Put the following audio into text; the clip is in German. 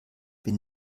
bin